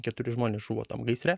keturi žmonės žuvo tam gaisre